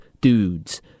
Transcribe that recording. dudes